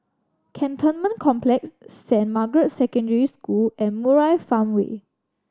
Cantonment Complex Saint Margaret's Secondary School and Murai Farmway